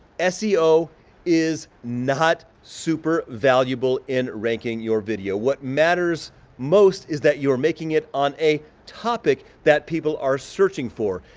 ah seo is not super valuable in ranking your video what matters most is that you're making it on a topic that people are searching for.